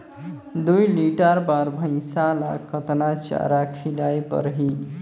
दुई लीटर बार भइंसिया ला कतना चारा खिलाय परही?